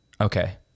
Okay